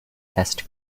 test